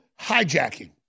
hijacking